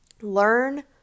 learn